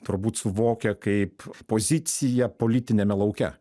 turbūt suvokia kaip poziciją politiniame lauke